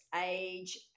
age